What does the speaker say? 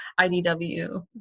IDW